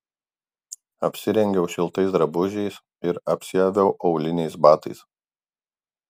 apsirengiau šiltais drabužiais ir apsiaviau auliniais batais